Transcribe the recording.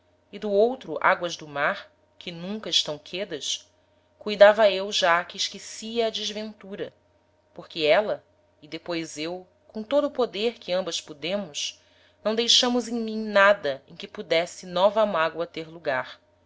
e do outro agoas do mar que nunca estão quedas cuidava eu já que esquecia á desventura porque éla e depois eu com todo o poder que ambas pudemos não deixámos em mim nada em que pudesse nova mágoa ter lugar